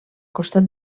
costat